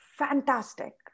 fantastic